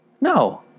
No